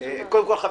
לאה